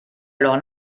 alors